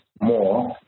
more